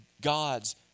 God's